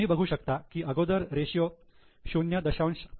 तुम्ही बघू शकता की अगोदर रेषीयो 0